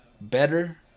better